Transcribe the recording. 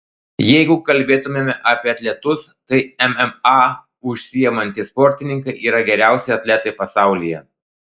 jeigu kalbėtumėme apie atletus tai mma užsiimantys sportininkai yra geriausi atletai pasaulyje